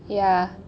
ya